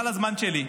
על הזמן שלי,